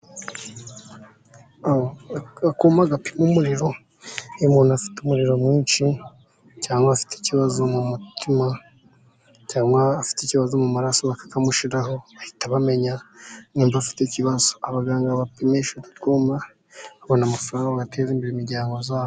Aka kuma gapima umuriro, iyo umuntu afite umuriro mwinshi cyangwa afite ikibazo mu mutima cyangwa afite ikibazo mu maraso, bakamushiraho bahita bamenya nimba afite ikibazo, abaganga babapimisha utu twuma babona amafaranga, bateza imbere imiryango zabo.